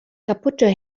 kaputte